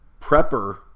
prepper